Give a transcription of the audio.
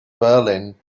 berlin